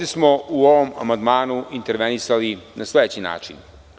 U ovom amandmanu smo intervenisali na sledeći način.